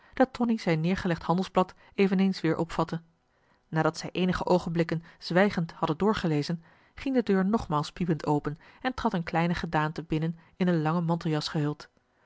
dat tonie zijn neergelegd handelsblad eveneens weer opvatte nadat zij eenige oogenblikken zwijgend hadden doorgelezen ging de deur nogmaals piepend open en trad een kleine gedaante binnen in een lange manteljas gehuld